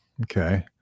Okay